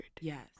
Yes